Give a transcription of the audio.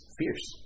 fierce